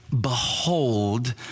behold